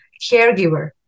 caregiver